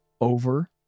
over